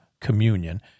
communion